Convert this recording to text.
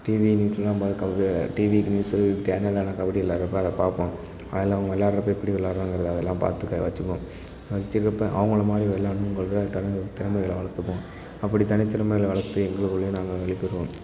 TV நியூஸ்லெலாம் பார்த்து TV news சேனல்லெலாம் கபடி விளாட்றப்ப அதை பார்ப்போம் அதில் அவங்க விளாட்றப்ப எப்படி விளாட்றாங்கிறது அதெல்லாம் பார்த்து க வச்சுக்குவோம் வச்சுக்கிறப்ப அவங்கள மாதிரி விளாட்ணும்கறதுக்காக தனி திறமைகளை வளர்த்துப்போம் அப்படி தனித்திறமைகளை வளர்த்து எங்களுக்குள்ளேயும் நாங்கள் வலிமை பெறுவோம்